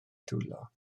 dwylo